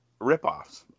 ripoffs